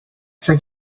for